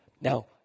Now